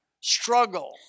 struggle